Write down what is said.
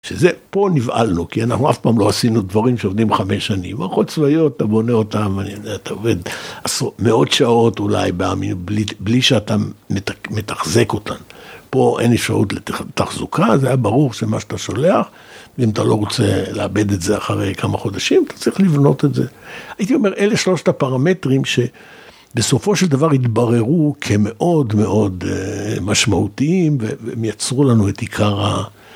שזה פה נבהלנו, כי אנחנו אף פעם לא עשינו דברים שעובדים חמש שנים, מערכות צבאיות אתה בונה אותם, אני יודע, אתה עובד מאות שעות אולי בלי שאתה מתחזק אותן. פה אין אפשרות לתחזוקה, זה היה ברור שמה שאתה שולח, ואם אתה לא רוצה לאבד את זה אחרי כמה חודשים, אתה צריך לבנות את זה. הייתי אומר, אלה שלושת הפרמטרים שבסופו של דבר התבררו כמאוד מאוד משמעותיים, הם יצרו לנו את עיקר ה...